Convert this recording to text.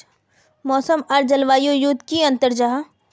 मौसम आर जलवायु युत की अंतर जाहा?